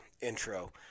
intro